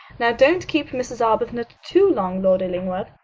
now, don't keep mrs. arbuthnot too long, lord illingworth.